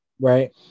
Right